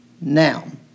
noun